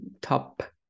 top